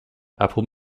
apple